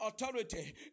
authority